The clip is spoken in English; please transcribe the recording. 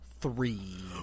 three